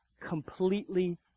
completely